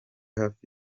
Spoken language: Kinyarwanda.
hafi